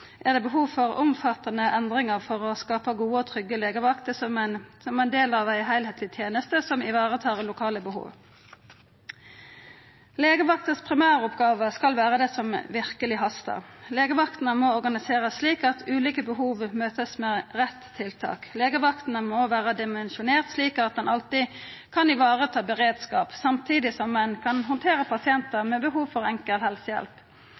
er det behov for omfattande endringar for å skapa gode og trygge legevakter som ein del av ei heilskapleg teneste som varetar lokale behov. Primæroppgåva til legevakta skal vera det som verkeleg hastar. Legevaktene må organiserast slik at ulike behov vert møtte med rett tiltak. Legevaktene må òg vera dimensjonerte slik at ein alltid kan vareta beredskap, samtidig som ein kan handtera pasientar med behov for enkel helsehjelp.